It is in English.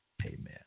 Amen